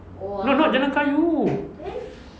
no not jalan kayu